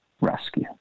rescue